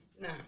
No